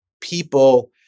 people